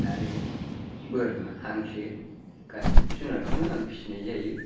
आरो बोरमा हांसो गासिबो जुनादखौनो आं फिनाय जायो